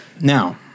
Now